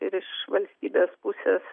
ir iš valstybės pusės